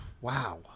Wow